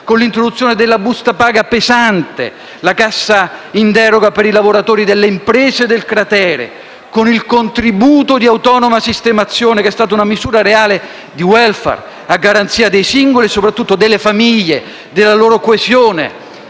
l'introduzione della busta paga pesante; la cassa in deroga per i lavoratori delle imprese del cratere; il contributo di autonoma sistemazione, che è stato una misura reale di *welfare* a garanzia dei singoli e soprattutto delle famiglie e della loro coesione.